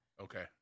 okay